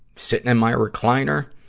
sitting in my recliner,